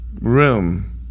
Room